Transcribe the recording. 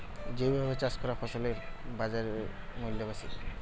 জৈবভাবে চাষ করা ফসলের বাজারমূল্য বেশি